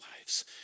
lives